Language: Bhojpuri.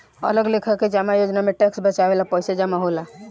अलग लेखा के जमा योजना में टैक्स बचावे ला पईसा जमा होला